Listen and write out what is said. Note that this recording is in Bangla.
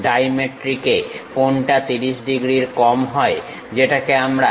ডাইমেট্রিকে কোণটা 30 ডিগ্রীর কম হয় যেটাকে আমরা একদিকে 15 ডিগ্রী বলি